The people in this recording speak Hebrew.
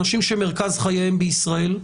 אנשים שמרכז חייהם בישראל,